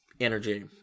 energy